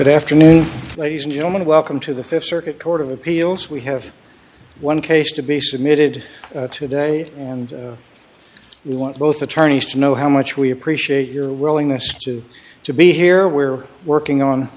good afternoon ladies and gentlemen welcome to the th circuit court of appeals we have one case to be submitted today and we want both attorneys to know how much we appreciate your willingness to to be here we're working on